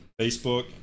Facebook